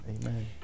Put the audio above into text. Amen